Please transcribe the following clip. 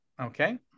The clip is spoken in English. Okay